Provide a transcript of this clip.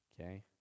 Okay